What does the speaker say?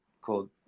called